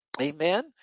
Amen